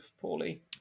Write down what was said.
poorly